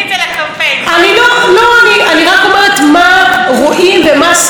אני רק אומרת מה רואים ומה הסקרים מנבאים.